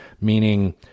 Meaning